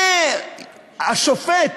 השופט